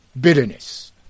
bitterness